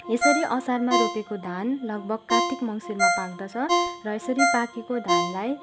यसरी असारमा रोपेको धान लगभग कात्तिक मङ्सिरमा पाक्दछ र यसरी पाकेको धानलाई